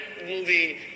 movie